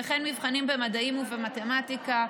וכן מבחנים במדעים ומתמטיקה,